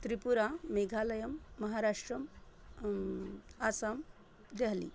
त्रिपुरा मेघालयं महाराष्ट्रम् आसाम् डेहलि